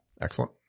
Excellent